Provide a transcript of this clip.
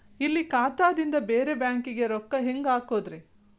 ಇಲ್ಲಿ ಖಾತಾದಿಂದ ಬೇರೆ ಬ್ಯಾಂಕಿಗೆ ರೊಕ್ಕ ಹೆಂಗ್ ಹಾಕೋದ್ರಿ?